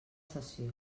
sessió